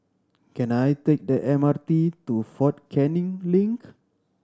can I take the M R T to Fort Canning Link